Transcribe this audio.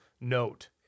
note